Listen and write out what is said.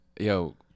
yo